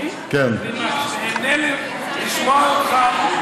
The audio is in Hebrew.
אני נהנה לשמוע אותך.